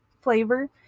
flavor